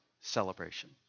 celebration